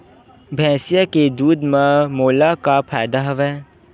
भैंसिया के दूध म मोला का फ़ायदा हवय?